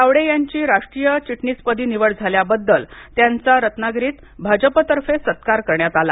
तावडे यांची राष्ट्रीय चिटणीसपदी निवड झाल्याबद्दल त्यांचा रत्नागिरीत भाजपतर्फे सत्कार करण्यात आला